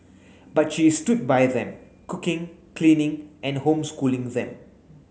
but she stood by them cooking cleaning and homeschooling them